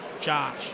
Josh